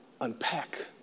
unpack